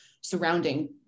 surrounding